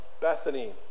Bethany